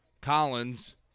Collins